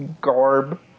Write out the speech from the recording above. garb